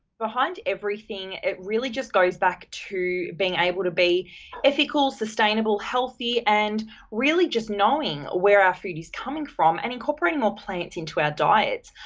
behind everything, it really just goes back to being able to be ethical, sustainable, healthy, and really just knowing where our food is coming from and incorporating more plants into diets.